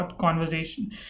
conversation